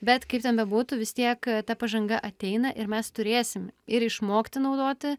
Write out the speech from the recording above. bet kaip ten bebūtų vis tiek ta pažanga ateina ir mes turėsim ir išmokti naudoti